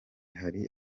hari